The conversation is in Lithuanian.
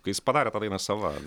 tai jis padarė tą dainą sava